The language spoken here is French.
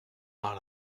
par